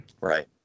right